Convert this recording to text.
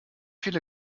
viele